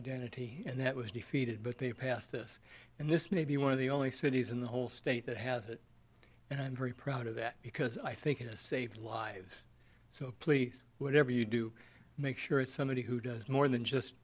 identity and that was defeated but they passed this and this may be one of the only cities in the whole state that has it and i'm very proud of that because i think it has saved lives so please whatever you do make sure it's somebody who does more than just